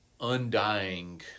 undying